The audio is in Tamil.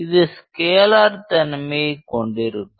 இது ஸ்கேலார் தன்மையைக் கொண்டிருக்கும்